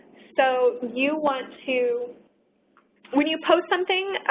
so you want to when you post something,